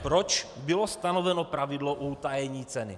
Proč bylo stanoveno pravidlo o utajení ceny?